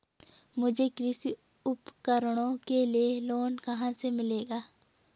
मुझे कृषि उपकरणों के लिए लोन कहाँ से मिलेगा?